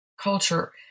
culture